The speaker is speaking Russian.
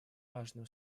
важным